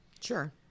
Sure